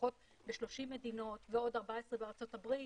לפחות ב-30 מדינות ועוד 14 מדינות בארצות הברית,